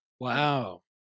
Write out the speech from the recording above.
Wow